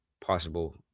possible